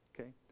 okay